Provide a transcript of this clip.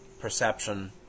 perception